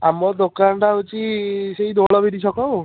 ଆମର ଦୋକାନଟା ହେଉଛି ସେହି ଦୋଳଗିରି ଛକ ଆଉ